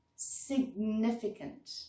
significant